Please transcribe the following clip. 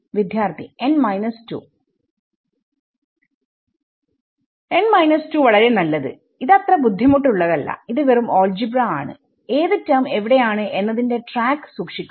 വിദ്യാർത്ഥി n 2 n 2വളരെ നല്ലത് ഇത് അത്ര ബുദ്ധിമുട്ട് ഉള്ളതല്ല ഇത് വെറും ആൾജിബ്രാ ആണ്ഏത് ടെർമ് എവിടെയാണ് എന്നതിന്റെ ട്രാക്ക് സൂക്ഷിക്കുന്നു